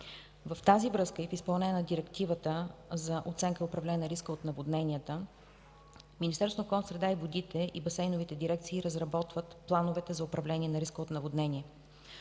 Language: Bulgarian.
В тази връзка и в изпълнение на Директивата за оценка и управление на риска от наводнения, Министерството на околната среда и водите и басейновите дирекции разработват плановете за управление на риска от наводнения.